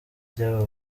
ry’aba